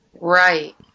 Right